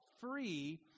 free